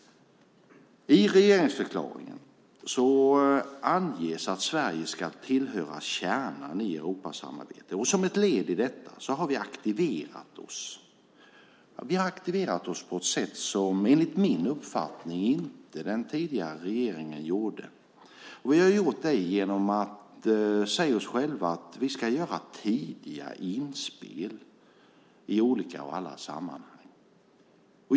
I regeringsförklaringen anges att Sverige ska tillhöra kärnan i Europasamarbetet. Som ett led i detta har vi aktiverat oss på ett sätt som den tidigare regeringen enligt min uppfattning inte gjorde. Vi har gjort det genom att säga oss själva att vi ska göra tidigare inspel i olika och alla sammanhang.